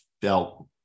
felt